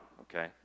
okay